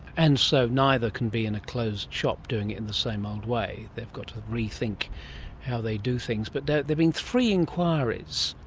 and so neither can be in a closed shop doing it in the same old way, they've got to rethink how they do things. but there have been three enquiries,